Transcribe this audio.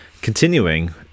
Continuing